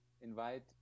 invite